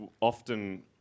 often